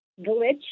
glitch